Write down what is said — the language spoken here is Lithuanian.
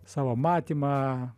savo matymą